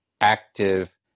active